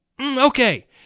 okay